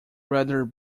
rather